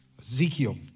Ezekiel